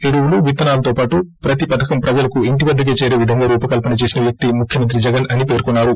ఎరువులు విత్తనాలతో పాటు ప్రతీ పథకం ప్రజలకు ఇంటి వద్దకే చేరే విధంగా రూపకల్సన చేసిన వ్యక్తి ముఖ్యమంత్రి అని పేర్కొన్సారు